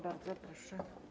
Bardzo proszę.